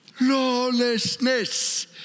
Lawlessness